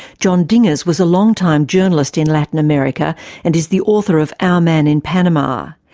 john dinges was a long-time journalist in latin america and is the author of our man in panama.